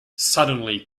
suddenly